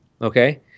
okay